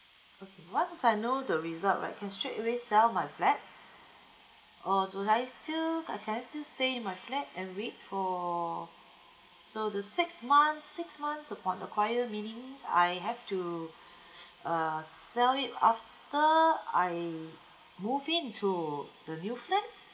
okay once I know the result right I can straight away sell my flat or do I still uh can I still stay in my flat and wait for so the six months six months upon acquire meaning I have to err sell it after I move into the new flat